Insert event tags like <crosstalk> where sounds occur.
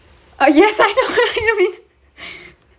uh yes I know I <laughs>